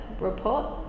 report